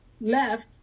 left